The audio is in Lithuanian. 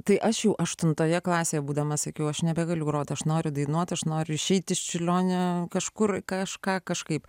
tai aš jau aštuntoje klasėje būdamas sakiau aš nebegaliu groti aš noriu dainuoti aš noriu išeiti iš čiurlionio kažkur kažką kažkaip